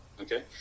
okay